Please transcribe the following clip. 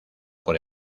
por